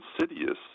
insidious